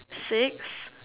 six